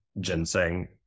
ginseng